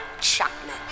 Chapman